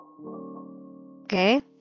okay